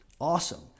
Awesome